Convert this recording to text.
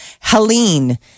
Helene